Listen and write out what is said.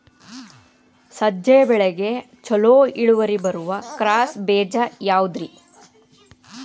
ಸಜ್ಜೆ ಬೆಳೆಗೆ ಛಲೋ ಇಳುವರಿ ಬರುವ ಕ್ರಾಸ್ ಬೇಜ ಯಾವುದ್ರಿ?